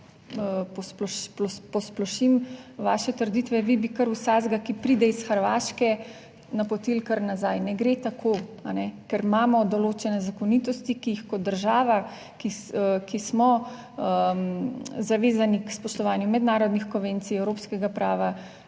posplošim vaše trditve, vi bi kar vsakega, ki pride iz Hrvaške napotili kar nazaj. Ne gre tako, ker imamo določene zakonitosti, ki jih kot država, ki smo zavezani k spoštovanju mednarodnih konvencij, evropskega prava